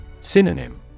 Synonym